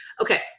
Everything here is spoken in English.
Okay